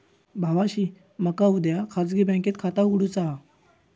भावाशी मका उद्या खाजगी बँकेत खाता उघडुचा हा